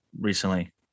recently